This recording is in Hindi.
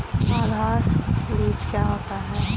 आधार बीज क्या होता है?